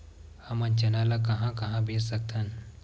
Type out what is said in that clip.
हमन चना ल कहां कहा बेच सकथन?